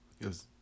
Yes